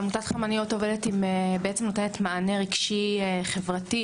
עמותת חמניות נותנת מענה רגשי, חינוכי, חברתי,